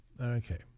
Okay